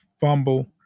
fumble